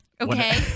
okay